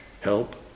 help